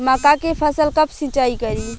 मका के फ़सल कब सिंचाई करी?